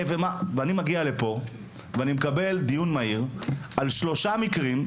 ומה ואני מגיע לפה ואני מקבל דיון מהיר על שלושה מקרים,